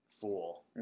fool